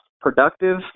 productive